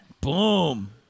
Boom